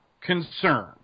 concern